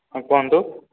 ହଁ କୁହନ୍ତୁ